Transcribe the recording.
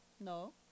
No